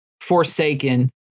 Forsaken